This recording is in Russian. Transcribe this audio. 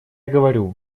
говорю